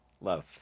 love